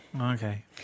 Okay